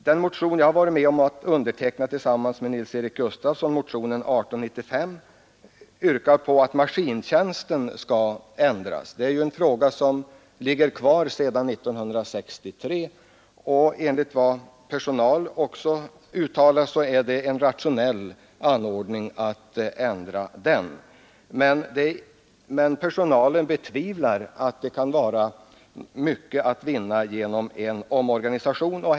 Den motion som jag har varit med om att underteckna tillsammans med herr Nils-Eric Gustafsson, motionen 1895, yrkar på att maskintjänsten skall ändras enligt propositionen. Det är en fråga som ligger kvar sedan 1963 och enligt vad berörd personal också uttalar är det en rationell anordning att ändra på den. Men personalen betvivlar att det kan vara mycket att vinna genom en omorganisation i övrigt.